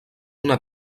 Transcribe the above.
una